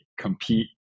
compete